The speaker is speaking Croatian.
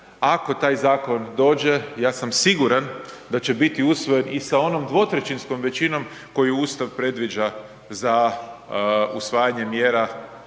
ako taj zakon dođe ja sam siguran da će biti usvojen i sa onom dvotrećinskom većinom koju Ustav predviđa za usvajanje mjera